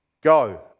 go